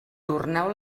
torneu